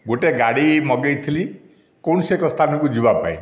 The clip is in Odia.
ଗୋଟିଏ ଗାଡ଼ି ମଗେଇଥିଲି କୌଣସି ଏକ ସ୍ଥାନକୁ ଯିବା ପାଇଁ